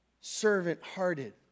servant-hearted